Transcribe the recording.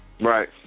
Right